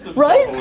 right?